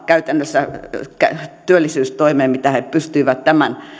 käytännössä ainoaan työllisyystoimeen mitä he pystyivät tämän